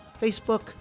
Facebook